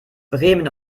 bremen